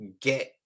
get